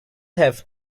have